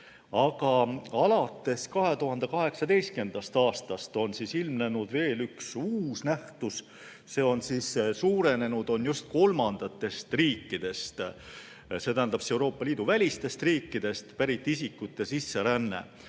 Aga alates 2018. aastast on ilmnenud üks uus nähtus: suurenenud on just kolmandatest riikidest, see tähendab Euroopa Liidu välistest riikidest pärit isikute sisseränne.